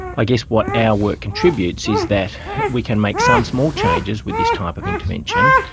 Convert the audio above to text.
i guess what our work contributes is that we can make some small changes with this type of intervention,